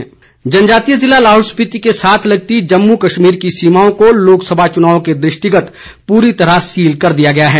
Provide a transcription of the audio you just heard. सुरक्षा प्रबंध जनजातीय जिला लाहौल स्पीति के साथ लगती जम्मू कश्मीर की सीमाओं को लोकसभा चुनाव के दृष्टिगत पूरी तरह सील कर दिया गया है